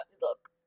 look